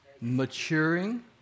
Maturing